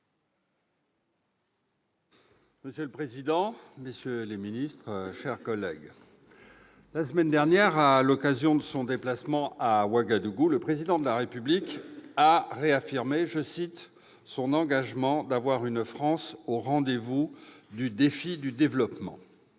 monsieur le secrétaire d'État, mes chers collègues, la semaine dernière, à l'occasion de son déplacement à Ouagadougou, le Président de la République a réaffirmé son « engagement d'avoir une France au rendez-vous du défi du développement ».